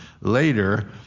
later